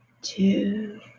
two